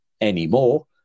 anymore